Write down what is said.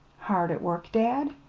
hard at work, dad?